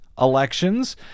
elections